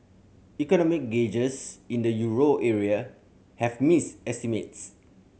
economic gauges in the euro area have missed estimates